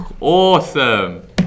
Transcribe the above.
awesome